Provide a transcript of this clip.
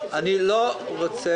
לא רוצה